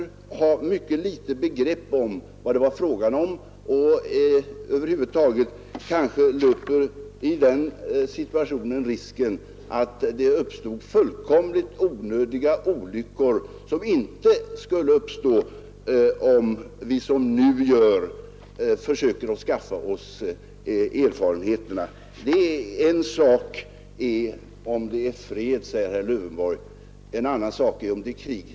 Vi skulle ha mycket litet begrepp om vad det gäller och i den situationen kanske löpa risken att det uppstod fullkomligt onödiga olyckor, som inte skulle ha uppstått om vi, som vi nu gör, försökt skaffa oss erfarenheter. En sak är om det råder fred, säger herr Lövenborg, en annan sak är om det är krig.